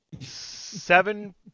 Seven